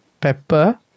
pepper